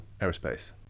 aerospace